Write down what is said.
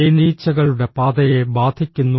തേനീച്ചകളുടെ പാതയെ ബാധിക്കുന്നു